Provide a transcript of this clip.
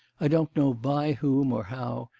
i don't know by whom or how,